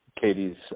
Katie's